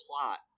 plot